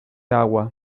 agua